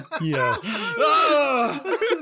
Yes